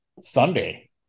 Sunday